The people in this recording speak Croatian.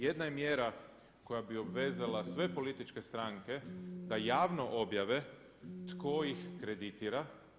Jedna je mjera koja bi obvezala sve političke stranke da javno objave tko ih kreditira.